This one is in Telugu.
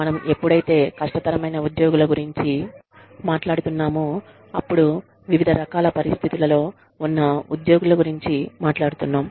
మనము ఎప్పుడైతే కష్టతరమైన ఉద్యోగుల గురించి మాట్లాడుతున్నామో అప్పుడు వివిధ రకాల పరిస్థితులలో ఉన్న ఉద్యోగుల గురించి మాట్లాడుతున్నాం